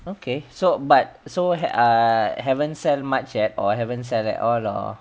okay so but so err haven't sell much at or haven't sell at all or